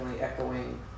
echoing